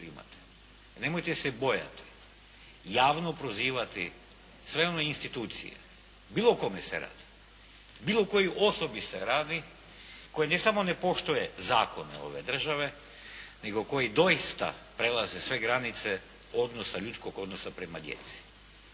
Nemojte se bojati javno prozivati sve one institucije, o bilo kome se radi, o bilo kojoj osobi se radi koji ne samo ne poštuje zakone ove države nego koji doista prelaze sve granice odnosa, ljudskog odnosa prema djeci.